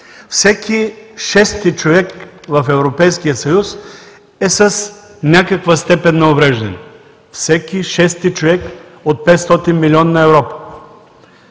Всеки шести човек в Европейския съюз е с някаква степен на увреждане, всеки шести човек от 500-милионна Европа.